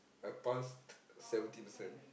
I passed seventy percent